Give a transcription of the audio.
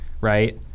right